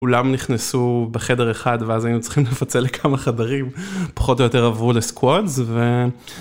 כולם נכנסו בחדר אחד ואז היינו צריכים לפצל לכמה חדרים, פחות או יותר עברו לסקווארדס.